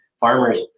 farmers